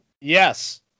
yes